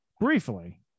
briefly